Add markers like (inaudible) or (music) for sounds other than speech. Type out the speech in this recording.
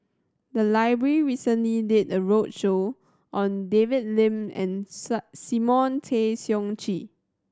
the library recently did a roadshow on David Lim and (unintelligible) Simon Tay Seong Chee